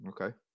Okay